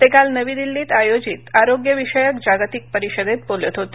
ते काल नवी दिल्लीत आयोजित आरोग्यविषयक जागतिक परिषदेत बोलत होते